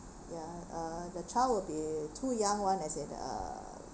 ya uh the child would be two young one as in uh